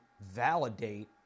validate